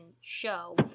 show